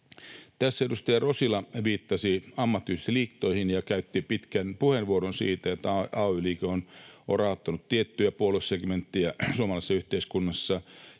Tässä edustaja Rostila viittasi ammattiyhdistysliittoihin ja käytti pitkän puheenvuoron siitä, että ay-liike on rahoittanut tiettyjä puoluesegmenttejä suomalaisessa yhteiskunnassa,